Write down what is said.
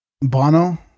Bono